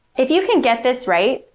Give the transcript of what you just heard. if you can get this right,